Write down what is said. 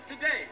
today